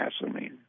gasoline